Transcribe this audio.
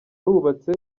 arubatse